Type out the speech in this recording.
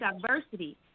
diversity